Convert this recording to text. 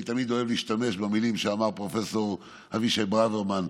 אני תמיד אוהב להשתמש במילים שאמר פרופ' אבישי ברוורמן.